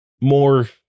more